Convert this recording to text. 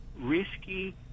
risky